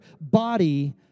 body